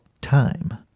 time